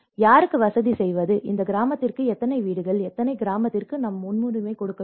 யாருக்கு வசதி செய்வது இந்த கிராமத்திற்கு எத்தனை வீடுகள் எந்த கிராமத்திற்கு நாம் முன்னுரிமை கொடுக்க வேண்டும்